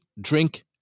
drink